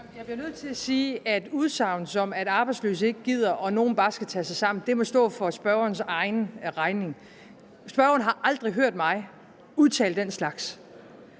Jeg bliver nødt til at sige, at udsagn, som at arbejdsløse ikke gider og nogle bare skal tage sig sammen, må stå for spørgerens egen regning. Spørgeren har aldrig hørt mig udtale den slags.